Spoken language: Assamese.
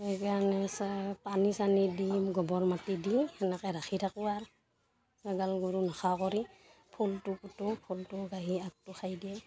সেইকাৰণে চায় পানী চানী দি গোবৰ মাটি দি সেনেকৈ ৰাখি থাকোঁ আৰ ছাগাল গৰু নোখা কৰি ফুলটো পুতোঁ ফুলটো আহি আগটো খাই দিয়ে